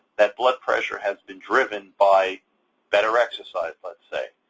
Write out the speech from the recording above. that blood pressure has been driven by better exercise, let's say,